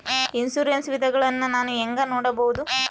Insurance ವಿಧಗಳನ್ನ ನಾನು ಹೆಂಗ ನೋಡಬಹುದು?